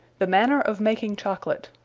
the manner of making chocolate.